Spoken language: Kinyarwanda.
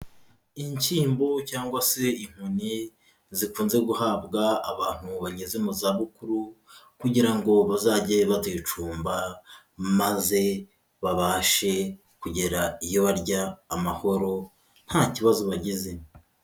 Inshyimbo cyangwa se inkoni zikunze guhabwa abantu bangeze mu za bukuru kugira ngo bazajye bazicumba maze babashe kugera iyo barya amahoro nta kibazo bagize.